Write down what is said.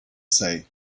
say